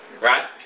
Right